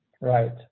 Right